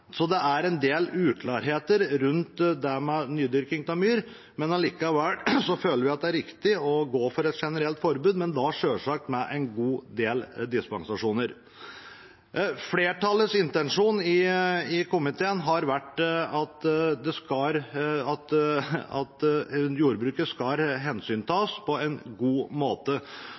Så det er en del uklarheter rundt nydyrking av myr, men likevel føler vi det er riktig å gå for et generelt forbud, men da selvsagt med en god del dispensasjoner. Flertallets intensjon i komiteen har vært at jordbruket skal hensyntas på en god måte.